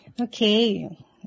Okay